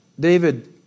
David